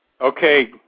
Okay